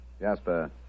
Jasper